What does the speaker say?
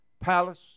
palace